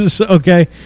Okay